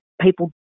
people